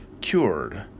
cured